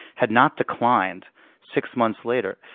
had not declined six months later,